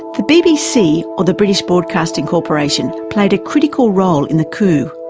the bbc, ah the british broadcasting corporation, played a critical role in the coup.